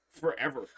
forever